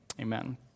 amen